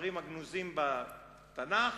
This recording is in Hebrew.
הספרים הגנוזים בתנ"ך,